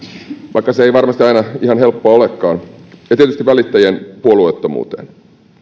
vaikka se ei varmasti aina ihan helppoa olekaan ja tietysti välittäjien puolueettomuuteen